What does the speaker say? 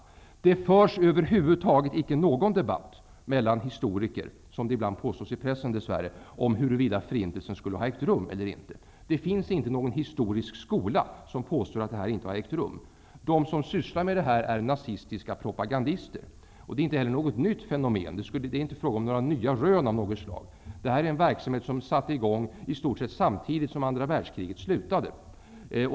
Men det förs över huvud taget icke någon debatt mellan historiker -- vilket ibland dess värre påstås i pressen -- om huruvida förintelsen skulle ha ägt rum eller inte. Det finns inte någon historisk skola som påstår att förintelsen inte har ägt rum. De som sysslar med det här är nazistiska propagandister. Det är inte heller något nytt fenomen. Det är alltså inte fråga om nya rön av något slag. Denna verksamhet satte i gång i stort sett samtidigt som andra världskriget slutade.